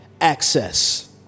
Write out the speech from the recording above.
access